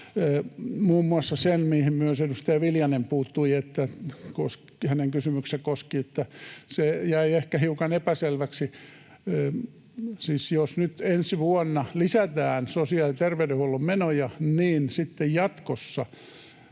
muun muassa edustaja Viljanen puuttui, mitä hänen kysymyksensä koski. Se jäi ehkä hiukan epäselväksi. Siis jos nyt ensi vuonna lisätään sosiaali- ja terveydenhuollon menoja, niin sitten jatkossa